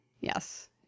Yes